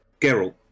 Geralt